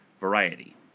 Variety